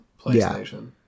PlayStation